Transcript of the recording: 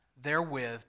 therewith